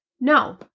no